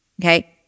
okay